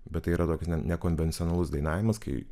bet tai yra toks nekonvencionalus dainavimas kai